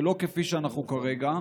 ולא כפי שאנחנו כרגע.